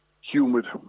humid